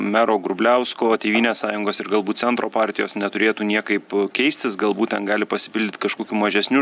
mero grubliausko tėvynės sąjungos ir galbūt centro partijos neturėtų niekaip keistis galbūt ten gali pasipildyt kažkokiu mažesniu